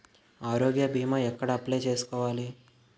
ఆరోగ్య భీమా ఎక్కడ అప్లయ్ చేసుకోవాలి?